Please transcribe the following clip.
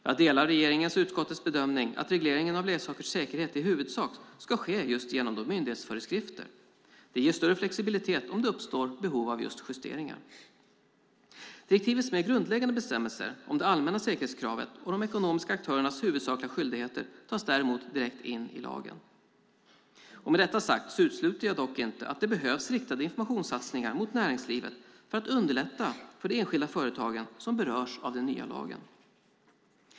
Jag delar regeringens och utskottets bedömning att regleringen av leksakers säkerhet i huvudsak ska ske genom myndighetsföreskrifter. Det ger större flexibilitet om det uppstår behov av justeringar. Direktivets mer grundläggande bestämmelser, till exempel det allmänna säkerhetskravet och de ekonomiska aktörernas huvudsakliga skyldigheter, tas däremot direkt in i lagen. Med detta sagt utesluter jag dock inte att det behövs riktade informationssatsningar mot näringslivet för att underlätta för de enskilda företagen som berörs av den nya lagen.